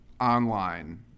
online